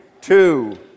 two